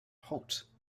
holt